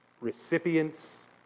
recipients